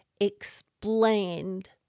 explained